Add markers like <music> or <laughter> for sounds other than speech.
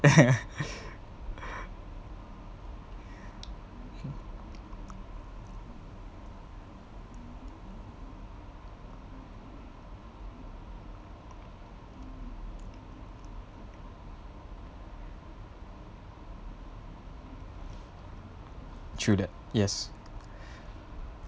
<laughs> true that yes